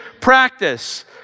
practice